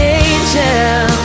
angel